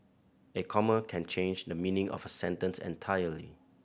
a comma can change the meaning of a sentence entirely